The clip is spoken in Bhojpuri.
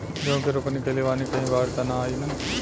गेहूं के रोपनी कईले बानी कहीं बाढ़ त ना आई ना?